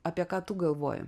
apie ką tu galvoji